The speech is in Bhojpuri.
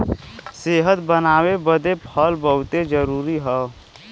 सेहत बनाए बदे फल बहुते जरूरी हौ